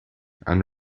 and